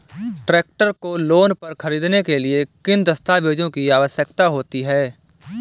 Tractor को loan पर खरीदने के लिए किन दस्तावेज़ों की आवश्यकता होती है?